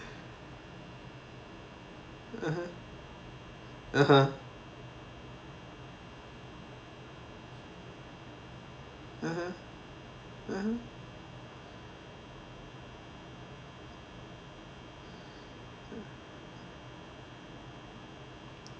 (uh huh) (uh huh) (uh huh)